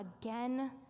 again